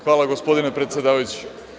Hvala, gospodine predsedavajući.